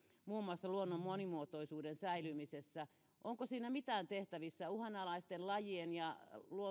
muun muassa luonnon monimuotoisuuden säilyttämisessä onko siinä mitään tehtävissä uhanalaisten lajien ja